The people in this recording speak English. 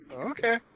okay